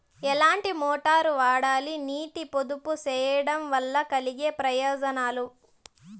ఎట్లాంటి మోటారు వాడాలి, నీటిని పొదుపు సేయడం వల్ల కలిగే ప్రయోజనాలు?